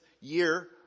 year